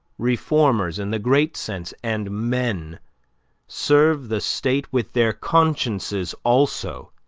reformers in the great sense, and men serve the state with their consciences also,